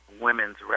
women's